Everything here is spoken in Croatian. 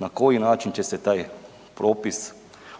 na koji način će se taj propis